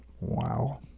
Wow